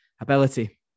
ability